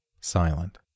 silent